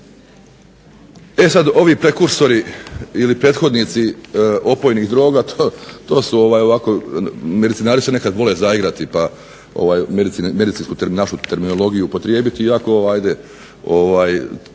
E sad ovi prekursori ili prethodnici opojnih droga, to su ovako, medicinari se nekad vole zaigrati pa medicinsku našu terminologiju upotrijebiti, iako ajde tako